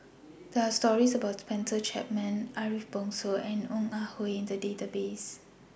There Are stories about Spencer Chapman Ariff Bongso and Ong Ah Hoi in The Database